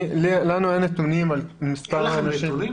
לנו אין נתונים על מספר האנשים.